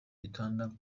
gitanda